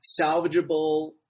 salvageable